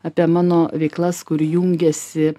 apie mano veiklas kur jungiasi